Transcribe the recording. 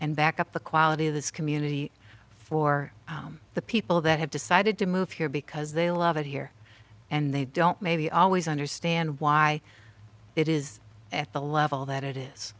and back up the quality of this community for the people that have decided to move here because they love it here and they don't maybe always understand why it is at the level that it is